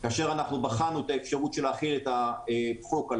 כאשר בחנו את האפשרות להחיל את החוק על